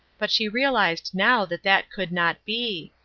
but she realized now that that could not be.